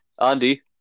Andy